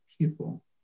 people